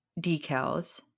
decals